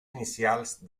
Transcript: inicials